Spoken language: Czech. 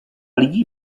lidí